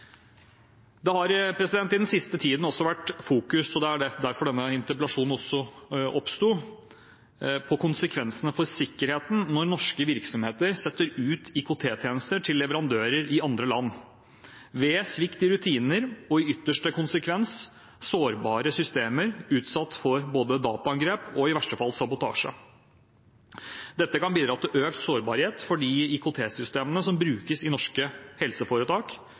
den siste tiden – og det er også derfor denne interpellasjonen oppsto – vært fokusert på konsekvensene for sikkerheten når norske virksomheter setter ut IKT-tjenester til leverandører i andre land, ved svikt i rutiner og i ytterste konsekvens sårbare systemer utsatt for både dataangrep og i verste fall sabotasje. Dette kan bidra til økt sårbarhet for de IKT-systemene som brukes i norske helseforetak,